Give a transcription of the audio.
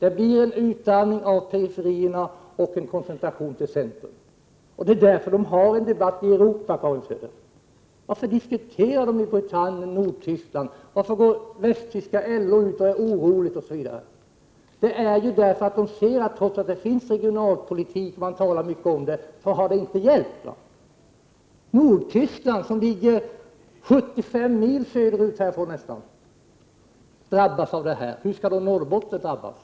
Det blir en utarmning när det gäller periferierna och en koncentration till centrum. Det är därför som det förs en debatt ute i Europa, Karin Söder! Varför för man en diskussion om dessa saker i Storbritannien och Nordtyskland? Varför är man inom västtyska LO oroad osv.? Svaret är att man ser att ingenting har hjälpt, trots 35 att det finns en regionalpolitik och trots att man talar mycket om sådana här saker. Nordtyskland, som ligger ungefär 75 mil söder om dessa trakter, drabbas i detta sammanhang. Hur skall då inte Norrbotten drabbas?